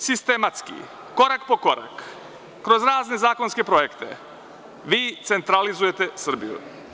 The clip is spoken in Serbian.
Sistematski, korak po korak, kroz razne zakonske projekte, vi centralizujete Srbiju.